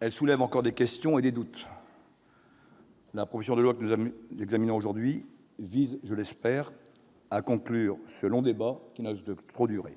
elle soulève encore des questions et des doutes. La proposition de loi que nous examinons aujourd'hui vise- je l'espère -à conclure ces débats qui n'ont que trop duré.